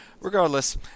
Regardless